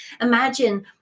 Imagine